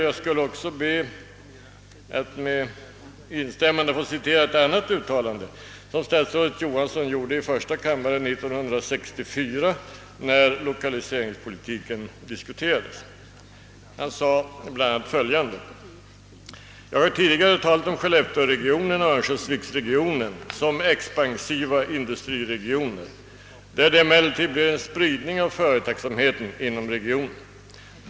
Jag skall också be att med instämmande få citera ett annat uttalande, som statsrådet Johansson gjorde i första kammaren 1964 när lokaliseringspolitiken diskuterades. Han sade bl.a. följande: »Jag har tidigare talat om Skellefteåregionen och Örnsköldsvikregionen som expansiva industriregioner, där det emellertid blir en spridning av företagsamheten inom regionen.